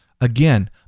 again